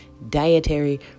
dietary